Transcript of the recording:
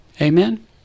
Amen